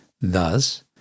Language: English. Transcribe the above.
Thus